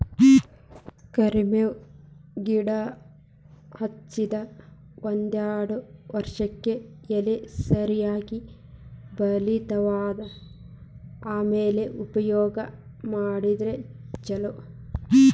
ಕರ್ಮೇವ್ ಗಿಡಾ ಹಚ್ಚದ ಒಂದ್ಯಾರ್ಡ್ ವರ್ಷಕ್ಕೆ ಎಲಿ ಸರಿಯಾಗಿ ಬಲಿತಾವ ಆಮ್ಯಾಲ ಉಪಯೋಗ ಮಾಡಿದ್ರ ಛಲೋ